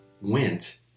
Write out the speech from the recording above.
went